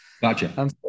Gotcha